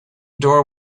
door